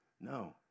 No